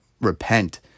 repent